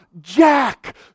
Jack